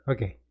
Okay